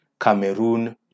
Cameroon